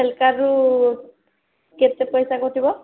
ହେଲକାରୁ କେତେ ପଇସା କଟିବ